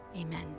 amen